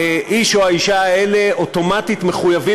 אז האיש או האישה האלה אוטומטית מחויבים